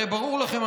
הרי ברור לכם,